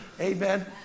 Amen